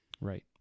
Right